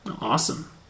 Awesome